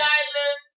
island